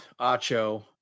Acho